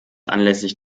anlässlich